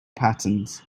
patterns